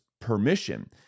permission